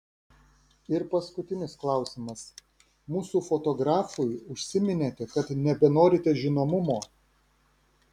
ir paskutinis klausimas mūsų fotografui užsiminėte kad nebenorite žinomumo